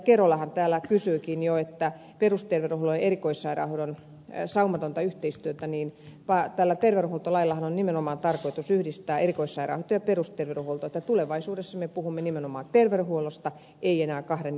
kerolahan täällä kysyikin jo perusterveydenhuollon ja erikoissairaanhoidon saumattomasta yhteistyöstä ja tällä terveydenhoitolaillahan on nimenomaan tarkoitus yhdistää erikoissairaanhoito ja perusterveydenhuolto niin että tulevaisuudessa me puhumme nimenomaan terveydenhuollosta emme enää kahden järjestelmän kautta